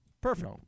Perfect